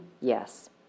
yes